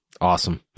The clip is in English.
Awesome